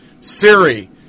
Siri